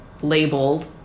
labeled